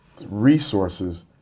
resources